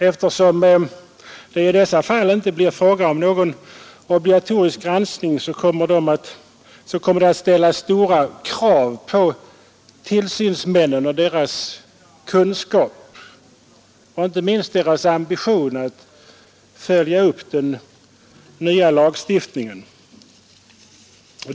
Eftersom det i dessa fall inte blir fråga om någon obligatorisk granskning, kommer det att ställas stora krav på tillsynsmännen och deras kunskap och inte minst på deras ambition att följa upp den nya lagen.